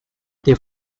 they